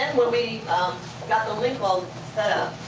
when we got the link all set